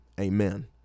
amen